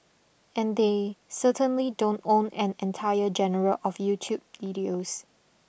and they certainly don't own an entire general of YouTube videos